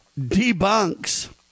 debunks